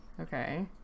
Okay